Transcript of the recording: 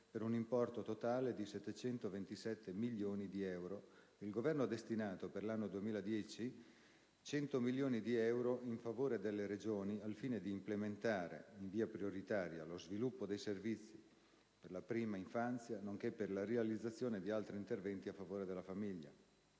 (per un importo totale di 727 milioni di euro), il Governo ha destinato, per l'anno 2010, 100 milioni di euro in favore delle Regioni al fine di implementare, in via prioritaria, lo sviluppo dei servizi per la prima infanzia nonché per la realizzazione di altri interventi a favore della famiglia.